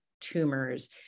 tumors